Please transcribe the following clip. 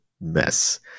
mess